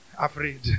afraid